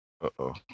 Uh-oh